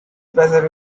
passage